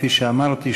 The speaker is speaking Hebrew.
כפי שאמרתי,